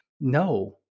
No